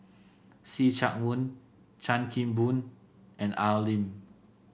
See Chak Mun Chan Kim Boon and Al Lim